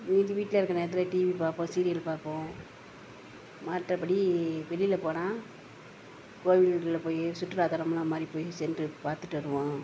மீதி வீட்டில் இருக்கிற நேரத்தில் டிவி பார்ப்போம் சீரியலு பார்ப்போம் மற்றபடி வெளியில் போனால் கோவில்களில் போய் சுற்றுலா தலமெல்லாம் மாதிரி போய் சென்று பார்த்துட்டு வருவோம்